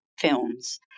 films